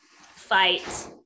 fight